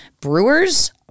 brewers